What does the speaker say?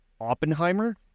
Oppenheimer